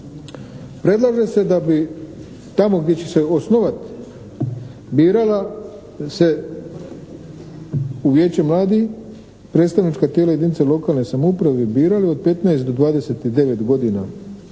predlaže se da bi tamo gdje će se osnovati birala se u vijeće mladih predstavnička tijela jedinice lokalne samouprave birali od 15 do 29 godina